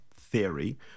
theory